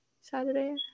Saturday